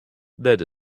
that